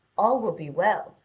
all will be well,